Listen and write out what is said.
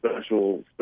special